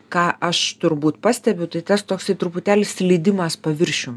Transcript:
ką aš turbūt pastebiu tai tas toksai truputėlį slydimas paviršium